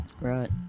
Right